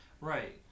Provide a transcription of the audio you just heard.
Right